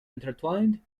intertwined